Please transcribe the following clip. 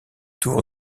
tour